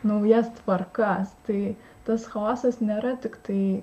naujas tvarkas tai tas chaosas nėra tiktai